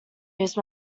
use